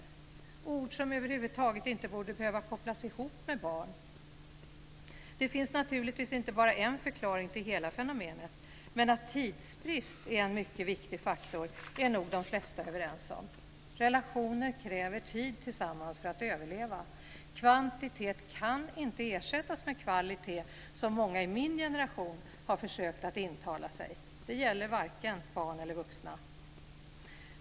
Det är ord som över huvud taget inte borde behöva kopplas ihop med barn. Det finns naturligtvis inte bara en förklaring till hela fenomenet, men att tidsbrist är en mycket viktig faktor är nog de flesta överens om. Relationer kräver tid tillsammans för att överleva. Kvantitet kan inte ersättas med kvalitet, som många i min generation har försökt att intala sig. Det gäller varken barn eller vuxna.